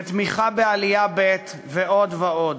בתמיכה בעלייה, ועוד ועוד.